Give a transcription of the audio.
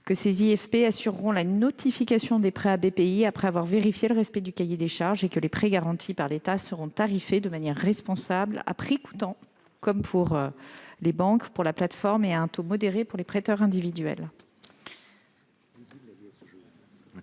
que les IFP assureront la notification des prêts à BPI après avoir vérifié le respect du cahier des charges et que les prêts garantis par l'État seront tarifiés de manière responsable, à prix coutant pour la plateforme et à un taux modéré pour les prêteurs individuels.